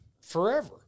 forever